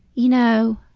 you know,